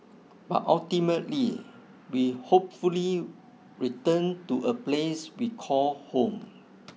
but ultimately we hopefully return to a place we call home